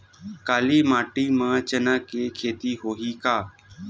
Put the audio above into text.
काली माटी म चना के खेती होही का?